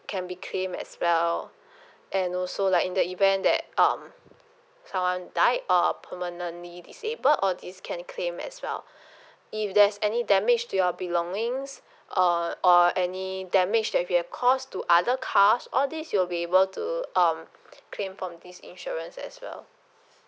can be claimed as well and also like in the event that um someone died or permanently disabled all these can claim as well if there's any damage to your belongings uh or any damage that you have caused to other cars all these you'll be able to um claim from this insurance as well